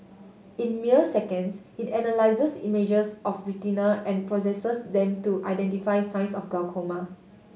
in mere seconds it analyses images of retina and processes them to identify signs of glaucoma